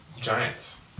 Giants